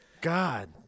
god